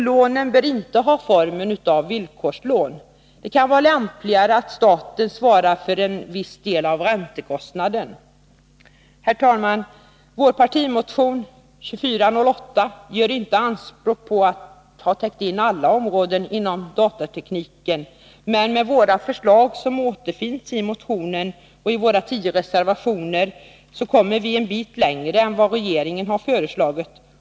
Lånen bör inte ha formen av villkorslån. Det kan vara lämpligare att staten svarar för en viss del av räntekostnaden. Herr talman! Vår partimotion 1981/82:2408 gör inte anspråk på att ha täckt in alla områden inom datatekniken. Men med våra förslag, som återfinns i motionen och i våra tio reservationer, kommer vi en bit längre än vad regeringen har föreslagit.